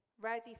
Ready